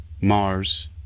Mars